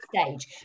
stage